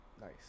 Nice